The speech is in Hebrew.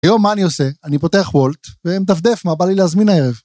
היום מה אני עושה? אני פותח וולט, ומדפדף מה בא לי להזמין הערב.